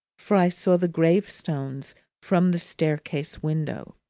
for i saw the gravestones from the staircase window.